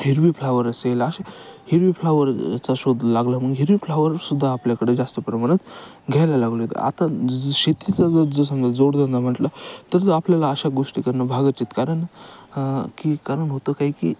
हिरवी फ्लावर असेल असे हिरवी फ्लावरचा शोध लागला मग हिरवी फ्लावर सुद्धा आपल्याकडे जास्त प्रमाणात घ्यायला लागलो आहे आता जर शेतीचा जर जर समजा जोडधंदा म्हटला तर तो आपल्याला अशा गोष्टी करणं भागच आहेत कारण की कारण होतं काय की